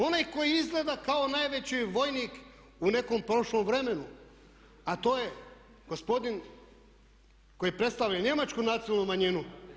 Onaj koji izgleda kao najveći vojnik u nekom prošlom vremenu a to je gospodin koji predstavlja Njemačku nacionalnu manjinu.